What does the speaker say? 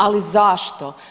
Ali zašto?